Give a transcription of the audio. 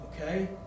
Okay